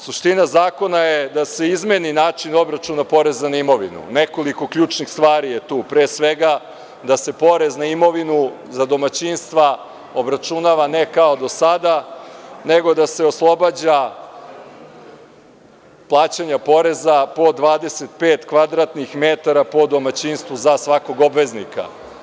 Suština zakona je da se izmeni način obračuna poreza na imovinu, nekoliko ključnih stvari je tu pre svega da se porez na imovinu za domaćinstva obračunava ne kao do sada, nego da se oslobađa plaćanja poreza po 25 kvadratnih metara po domaćinstvu za svakog obveznika.